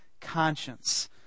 conscience